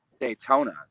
Daytona